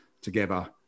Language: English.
together